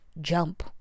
jump